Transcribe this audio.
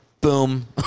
boom